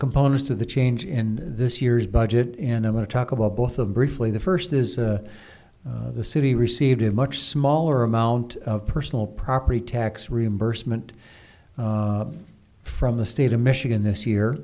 components to the change in this year's budget and i'm going to talk about both of briefly the first is the city received a much smaller amount of personal property tax reimbursement from the state of michigan this year